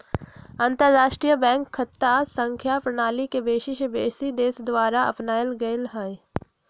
अंतरराष्ट्रीय बैंक खता संख्या प्रणाली के बेशी से बेशी देश द्वारा अपनाएल गेल हइ